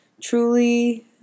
truly